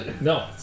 No